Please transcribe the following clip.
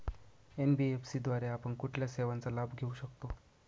NBFC द्वारे आपण कुठल्या सेवांचा लाभ घेऊ शकतो?